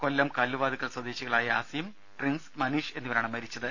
കൊല്ലം കല്ലുവാതുക്കൽ സ്വദേശികളായ അസീം പ്രിൻസ് മനീഷ് എന്നിവരാണ് മരിച്ചത്